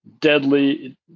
deadly